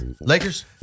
Lakers